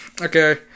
Okay